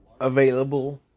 available